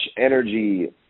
energy